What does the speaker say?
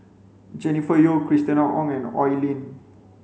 Jennifer Yeo Christina Ong and Oi Lin